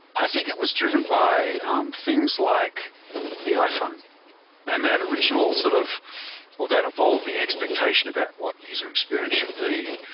i think it was driven by um things, like the iphone and that original sort of all that evolving expectation about what user experience should be,